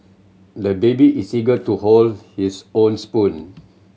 the baby is eager to hold his own spoon